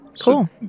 Cool